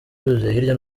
hirya